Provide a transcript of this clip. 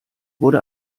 wurde